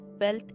Wealth